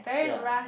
ya